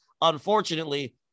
unfortunately